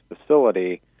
facility